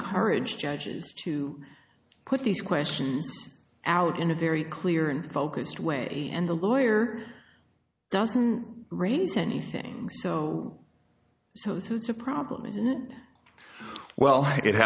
encourage judges to put these questions out in a very clear and focused way and the lawyer doesn't raise any things so so so it's a problem well it